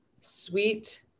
sweet